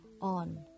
on